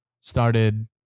started